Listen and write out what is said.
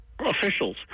Officials